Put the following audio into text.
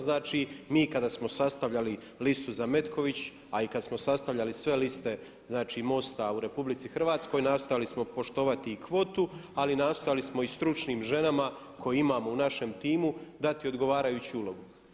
Znači, mi kada smo sastavljali listu za Metković, a i kad smo sastavljali sve liste, znači MOST-a u RH nastojali smo poštovati i kvotu, ali nastojali smo i stručnim ženama koje imamo u našem timu dati odgovarajuću ulogu.